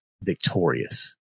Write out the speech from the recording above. victorious